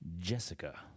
Jessica